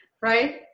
Right